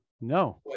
No